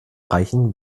reichen